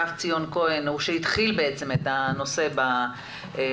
ציון כהן שהתחיל בעצם את הנושא בדורות,